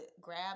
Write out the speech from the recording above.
grab